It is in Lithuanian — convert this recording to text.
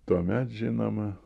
tuomet žinoma